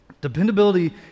dependability